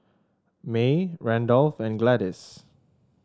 May Randolph and Gladis